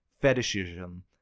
fetishism